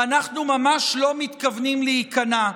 ואנחנו ממש לא מתכוונים להיכנע.